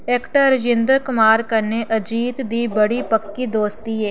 actor Rajendra Kumar कन्नै अजीत दी बड़ी पक्की दोस्ती ऐ